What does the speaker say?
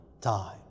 time